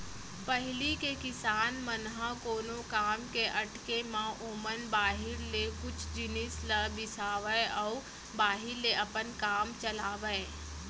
पहिली के किसान मन ह कोनो काम के अटके म ओमन बाहिर ले कुछ जिनिस ल बिसावय अउ बाहिर ले अपन काम चलावयँ